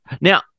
Now